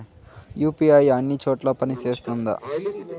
UPI అన్ని చోట్ల పని సేస్తుందా?